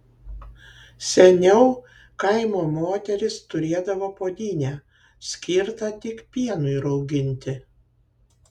seniau kaimo moterys turėdavo puodynę skirtą tik pienui rauginti